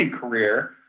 career